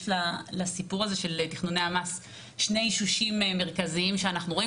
יש לסיפור הזה של תכנוני המס שני אישושים מרכזיים שאנחנו רואים,